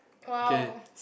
!wow!